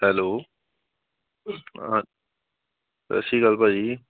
hello ਹਾਂ ਸਤਿ ਸ਼੍ਰੀ ਅਕਾਲ ਭਾਅ ਜੀ